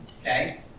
Okay